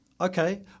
Okay